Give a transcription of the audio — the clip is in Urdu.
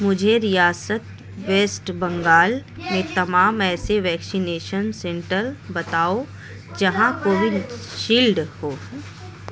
مجھے ریاست ویسٹ بنگال میں تمام ایسی ویکشینیشن سینٹر بتاؤ جہاں کووڈشیلڈ ہو